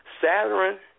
Saturn